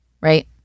right